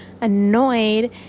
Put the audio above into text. annoyed